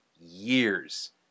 years